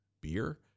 beer